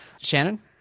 Shannon